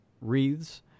wreaths